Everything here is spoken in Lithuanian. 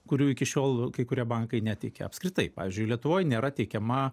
kurių iki šiol kai kurie bankai neteikia apskritai pavyzdžiui lietuvoj nėra teikiama